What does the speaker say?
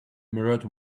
mirrored